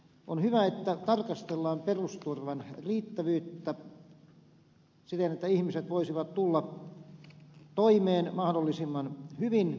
on hyvä että tarkastellaan perusturvan riittävyyttä siten että ihmiset voisivat tulla toimeen mahdollisimman hyvin